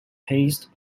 paced